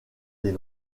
des